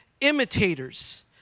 imitators